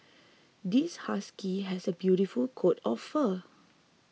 this husky has a beautiful coat of fur